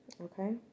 okay